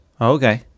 Okay